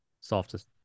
Softest